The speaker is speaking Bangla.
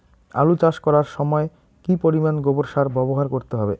আলু চাষ করার সময় কি পরিমাণ গোবর সার ব্যবহার করতে হবে?